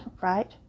right